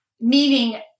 meaning